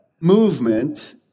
movement